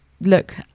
look